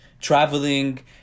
traveling